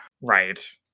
Right